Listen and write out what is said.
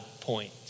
point